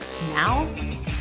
Now